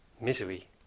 misery